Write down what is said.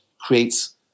creates